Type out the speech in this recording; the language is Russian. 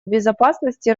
безопасности